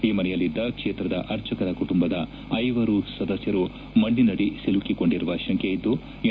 ಈ ಮನೆಯಲ್ಲಿದ್ದ ಕ್ಷೇತ್ರದ ಅರ್ಚಕರ ಕುಟುಂಬದ ಐವರು ಸದಸ್ಯರು ಮಣ್ಣಿನಡಿ ಸಿಲುಕಿಕೊಂಡಿರುವ ಶಂಕೆಯಿದ್ದು ಎನ್